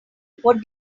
what